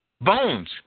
Bones